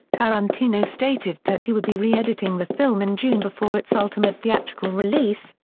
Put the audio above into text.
tarantino stated that he would be re-editing the film in june before its ultimate theatrical release,